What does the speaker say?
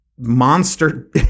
monster